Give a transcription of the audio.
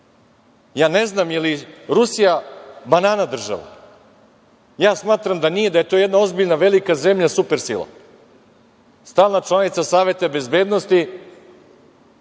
ne znam je li Rusija banana država? Ja smatram da nije, da je to jedna ozbiljna velika zemlja super sila, stalna članica Saveta bezbednosti,